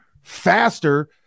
faster